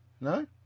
No